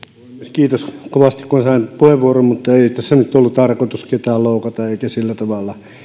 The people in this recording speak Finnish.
kiitos kovasti kun sain puheenvuoron mutta ei tässä nyt ollut tarkoitus ketään loukata eikä sillä tavalla